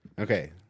Okay